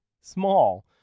small